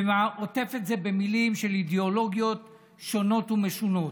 ועוטף את זה במילים של אידיאולוגיות שונות ומשונות.